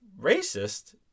racist